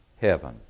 heaven